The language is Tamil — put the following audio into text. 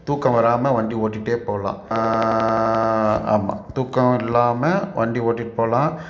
தூக்கம் வராமல் வண்டி ஓட்டிகிட்டே போலாம் ஆமாம் தூக்கம் இல்லாமல் வண்டி ஓட்டிகிட்டு போகலாம்